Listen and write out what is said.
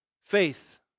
Faith